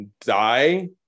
die